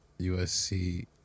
USC